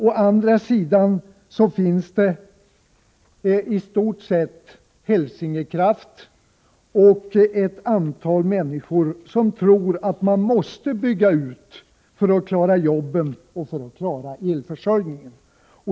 Å andra sidan finns det de som tror — i stort sett gäller det Hälsingekraft och ett antal människor — att man måste bygga ut för att klara jobben och elförsörjningen.